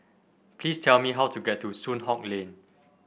please tell me how to get to Soon Hock Lane